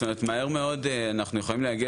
זאת אומרת מהר מאוד אנחנו יכולים להגיע